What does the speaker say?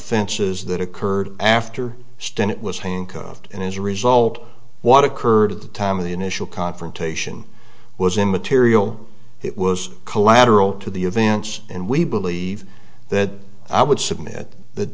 offenses that occurred after stinnett was handcuffed and as a result what occurred at the time of the initial confrontation was immaterial it was collateral to the events and we believe that i would submit that that